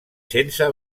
sense